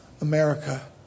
America